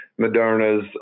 Moderna's